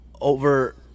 over